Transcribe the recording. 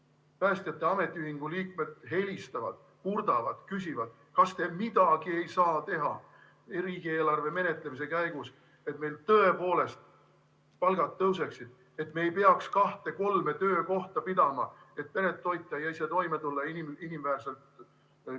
Päästjate ametiühingu liikmed helistavad, kurdavad, küsivad, kas te midagi ei saa teha riigieelarve menetlemise käigus, et meil tõepoolest palgad tõuseksid ja me ei peaks kahte-kolme töökohta pidama, et peret toita ja ise toime tulla ning